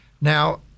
Now